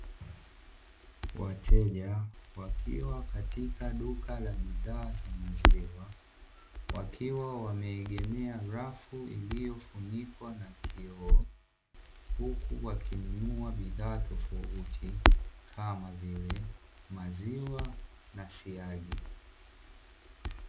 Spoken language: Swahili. Wateja wakiwa katika duka la bidhaa za maziwa wakiwa wameegemea rafu iliofunikwa na kioo, huku wakinunua bidhaa tofauti kama vile maziwa na siagi.